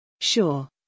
Sure